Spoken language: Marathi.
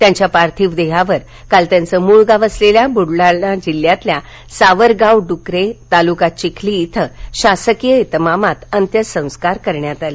त्यांच्या पार्थिव देहावर काल त्यांचं मूळ गाव असलेल्या बुलडाणा जिल्ह्यातील सावरगाव डुकरे तालुका चिखली इथे शासकीय इतमामात अत्यसंस्कार करण्यात आले